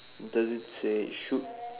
does it say shoot